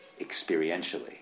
Experientially